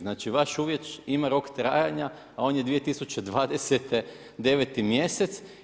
Znači vaš uvjet ima rok trajanja, a on je 2020. 9. mjesec.